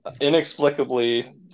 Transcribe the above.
Inexplicably